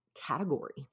category